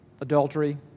adultery